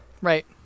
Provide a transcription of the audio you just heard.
Right